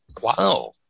Wow